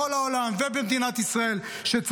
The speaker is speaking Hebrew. בכל העולם ובמדינת ישראל.